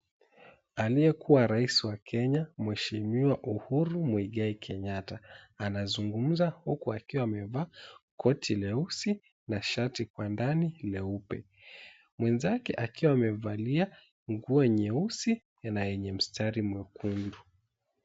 Aliyekuwa rais wa Kenya, Mwenshimiwa Uhuru Muigai Kenyatta anazungumza huku akiwa amevaa koti leusi na shati kwa ndani leupe. Mwenzake akiwa amevalia nguo nyeusi na yenye mstari mwekundu.